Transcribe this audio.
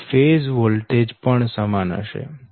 અને phase voltage પણ સમાન હશે